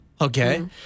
Okay